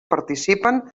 participen